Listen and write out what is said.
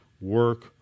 work